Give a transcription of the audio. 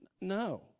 No